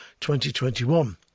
2021